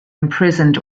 imprisoned